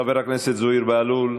חבר הכנסת זוהיר בהלול,